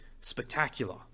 spectacular